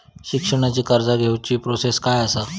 शिक्षणाची कर्ज घेऊची प्रोसेस काय असा?